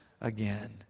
again